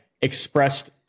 expressed